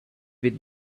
with